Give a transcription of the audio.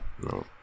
No